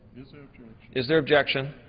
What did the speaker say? is there objection?